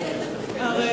הרי